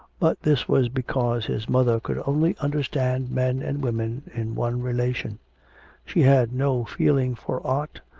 but this was because his mother could only understand men and women in one relation she had no feeling for art,